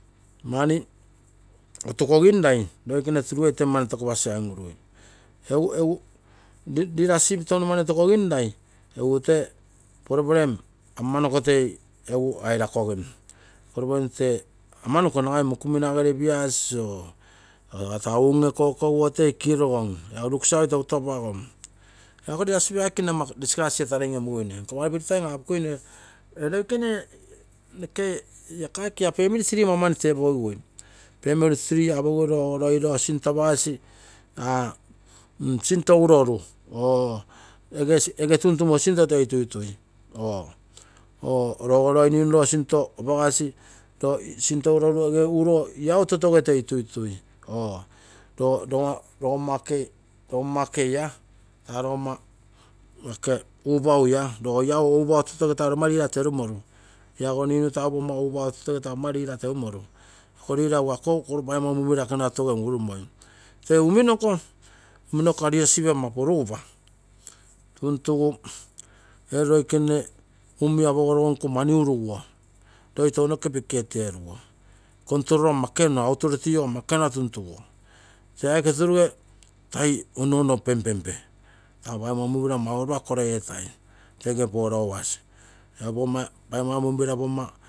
Aike mani ofukosinnai loikene turugeitu toi mani tokasigal un-urui. Egu leadership tono mani ofukosinnai egu tee problem amanoko to airakogim iko point tee amanoko nagai mokumina gere piasi, unge kokoguogo toi kirosom taago luksave toutou apagom, egu ako leadership aiike nne ama discusion etarei ioiomuguine, private time apokui ee roikene la family tree, family tree apogigui roogo ioi roo sinto apagasi ah sinto uroru or ege tuntumo sinto toi. tuitui or rogomma upau totoge toi tuitui roo lau upau totose taa rosa leader terumoru. Iago ninu pogau upau totose taa poga leader leru moru, iko leader egu akou paigomma mumira totoge. uminoko poigomma leadership ama porugupa tuntuga ee loikene mumia. Pogoro nko mani uruguo. Roi tounoke bikhet eruguo control ama ekenua authority ama ekenua tee aike turuge mumira mau ropa koro efai pogomma followers